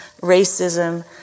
racism